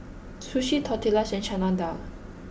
sushi tortillas and Chana Dal